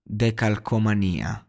decalcomania